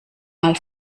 mal